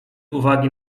uwagi